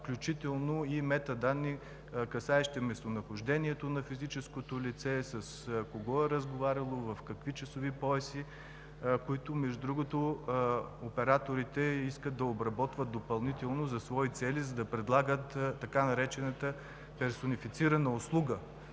включително и метаданни, касаещи местонахождението на физическото лице – с кого е разговаряло, в какви часови пояси, които операторите искат да обработват допълнително за свои цели, за да предлагат така наречената персонифицирана услуга